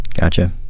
Gotcha